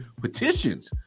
petitions